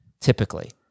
typically